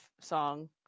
song